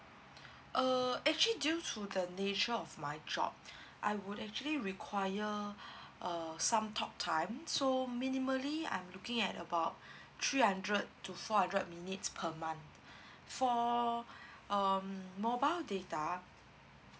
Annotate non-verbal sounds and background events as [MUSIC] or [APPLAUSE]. uh actually due to the nature of my job I would actually require [BREATH] uh some talk time so minimally I'm looking at about three hundred to four hundred minutes per month [BREATH] for um mobile data